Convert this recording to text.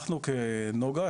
אנחנו כנגה,